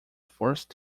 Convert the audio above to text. forced